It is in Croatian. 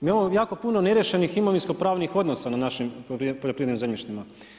Mi imamo jako puno neriješenih imovinsko pravnih odnosa na našim poljoprivrednim zemljištima.